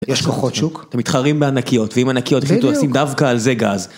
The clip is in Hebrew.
יש כוחות שוק? אתם מתחרים בענקיות, ועם ענקיות שאתם עושים דווקא על זה גז.